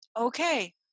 Okay